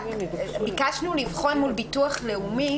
ביקשנו לבחון מול ביטוח לאומי